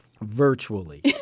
Virtually